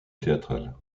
théâtrale